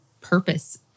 purpose